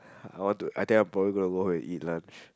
I I want to I think I'm probably gonna go home and eat lunch